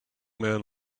man